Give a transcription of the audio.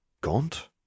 gaunt